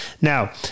Now